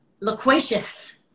Loquacious